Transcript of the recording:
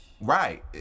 Right